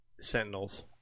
Sentinels